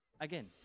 Again